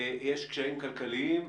יש קשיים כלכליים,